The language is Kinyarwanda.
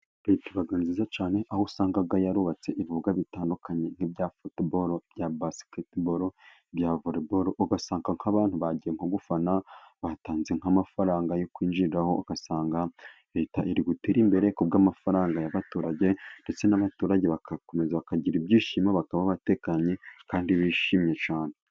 Leta iba nziza cyane, aho usanga yarubatse ibibuga bitandukanye, nk'ibya futuboro, ibya basiketiboro, ibya voreboro, ugasanga nk'abantu bagiye nko gufana batanze nk'amafaranga yo kwinjiriraho, aho ugasanga leta iri guterimbere, kubw'amafaranga y'abaturage, ndetse n'abaturage bakagira ibyishimo, bakaba batekanye kandi bishimye cyane.